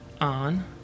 On